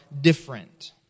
different